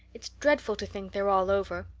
it's dreadful to think they're all over.